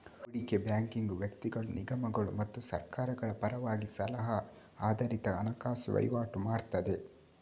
ಹೂಡಿಕೆ ಬ್ಯಾಂಕಿಂಗು ವ್ಯಕ್ತಿಗಳು, ನಿಗಮಗಳು ಮತ್ತು ಸರ್ಕಾರಗಳ ಪರವಾಗಿ ಸಲಹಾ ಆಧಾರಿತ ಹಣಕಾಸು ವೈವಾಟು ಮಾಡ್ತದೆ